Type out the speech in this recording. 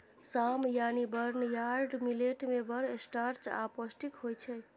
साम यानी barnyard millet मे बड़ स्टार्च आ पौष्टिक होइ छै